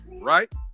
Right